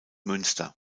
münster